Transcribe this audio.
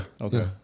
Okay